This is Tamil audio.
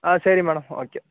ஆ சரி மேடோம் ஓகே